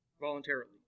voluntarily